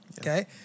Okay